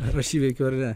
ar aš įveikiau ar ne